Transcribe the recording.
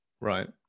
right